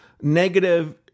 negative